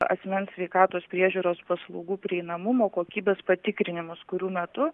asmens sveikatos priežiūros paslaugų prieinamumo kokybės patikrinimus kurių metu